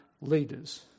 leaders